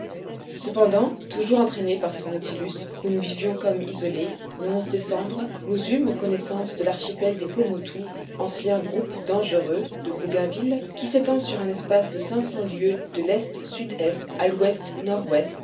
cependant toujours entraînés par ce nautilus où nous vivions comme isolés non décembre nous eûmes connaissance de l'archipel des pomotou ancien groupe dangereux de bougainville qui s'étend sur un espace de cinq cents lieues de lest sud est à louest nord ouest entre